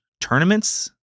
tournaments